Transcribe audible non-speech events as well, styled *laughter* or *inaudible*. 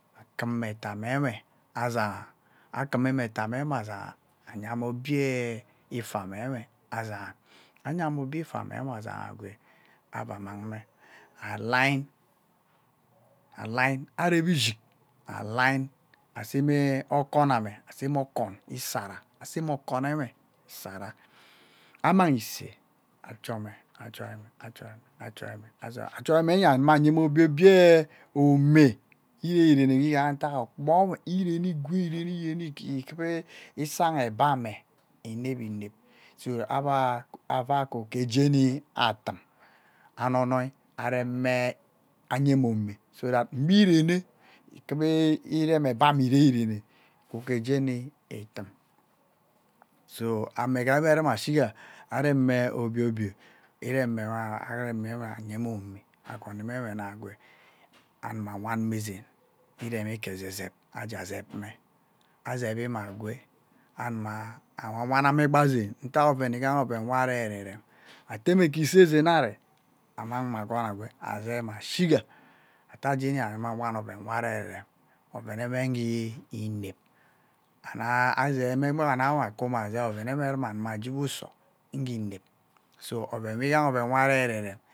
Akume etame-me asaha, akimime etameme azaha, ayanme obie-eh ifa-meme azagha anya-me obie ifa me-me asagha agwe avai mmang me abure arep ishik ahine aseme okon o-me-aseme okon esara asai me okonewe isara anurang isei ajo-me ajoi-me ajoi-me ajoime, ajoime anume nyee me obie-obie ome irenerene weah igkaha ntak okpoo me erene igwee erenereme kufa isang Eba-me inep-inep so abe ku-ke jeni aatum, anonoid areme anye-me omee so that igbe erene ikuba irem eba-me ereanirene ku-ke jeni ntuum *noise* so amen-ghe weah ruma ashiga areme obime irem-me arem-ma-we anyema omee, ikoni me wenah agweh, anuma awang me zaen. *noise* Ivemi-ke ezezep ajie azep-me, azevi-me agwe anuma wana-me kppa zean ntak oven igha-ke oven we aremi itah me-ke-isezeng ave ammang-me akohona agwha, azii-ma ashiga ate-je anuma wan-oven weah aregerevem, oveneweh nghee inep and asah-me ruma-naw we kumo jea-uso ngi ine. So oven ngha oven we aregererem